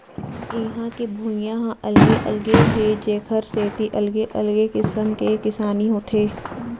इहां के भुइंया ह अलगे अलगे हे जेखर सेती अलगे अलगे किसम के किसानी होथे